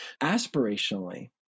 aspirationally